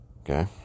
okay